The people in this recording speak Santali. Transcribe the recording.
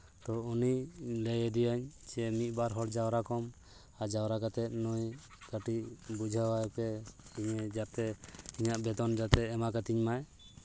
ᱛᱚ ᱩᱱᱤ ᱞᱟᱹᱭ ᱫᱤᱭᱟᱹᱧ ᱡᱮ ᱢᱤᱫ ᱵᱟᱨ ᱦᱚᱲ ᱡᱟᱣᱨᱟ ᱠᱚᱢ ᱟᱨ ᱡᱟᱣᱨᱟ ᱠᱟᱛᱮᱫ ᱱᱩᱭ ᱠᱟᱹᱴᱤᱡ ᱵᱩᱡᱷᱟᱹᱣᱟᱭ ᱯᱮ ᱱᱤᱭᱟᱹ ᱡᱟᱛᱮ ᱤᱧᱟᱹᱜ ᱵᱮᱛᱚᱱ ᱡᱟᱛᱮᱭ ᱮᱢᱟ ᱠᱟᱹᱛᱤᱧ ᱢᱟᱭ